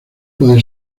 puede